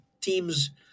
teams